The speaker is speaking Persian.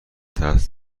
تحت